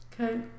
Okay